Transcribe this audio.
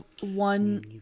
one